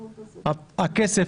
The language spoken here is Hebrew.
הכס,